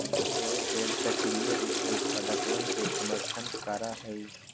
fair trade सक्रिय रूप से उत्पादकवन के समर्थन करा हई